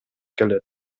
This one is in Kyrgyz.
келет